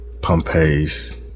Pompey's